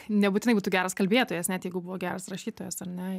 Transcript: nebūtinai būtų geras kalbėtojas net jeigu buvo geras rašytojas ar ne